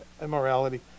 immorality